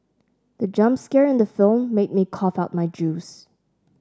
the jump scare in the film made me cough out my juice